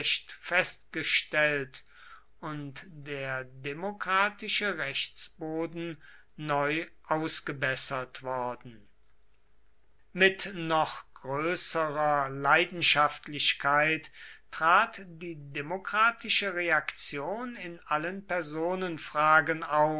festgestellt und der demokratische rechtsboden neu ausgebessert worden mit noch größerer leidenschaftlichkeit trat die demokratische reaktion in allen